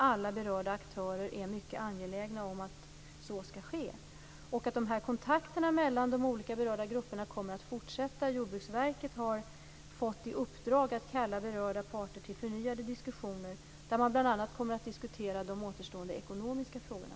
Alla berörda aktörer är givetvis mycket angelägna om att så skall ske. Kontakterna mellan de olika berörda grupperna kommer att fortsätta. Jordbruksverket har fått i uppdrag att kalla berörda parter till förnyade diskussioner, där man bl.a. kommer att diskutera de återstående ekonomiska frågorna.